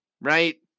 right